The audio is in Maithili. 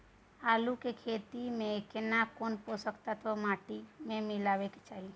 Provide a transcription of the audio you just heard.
आलू के खेती में केना कोन पोषक तत्व माटी में मिलब के चाही?